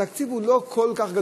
התקציב הוא לא כל כך גדול,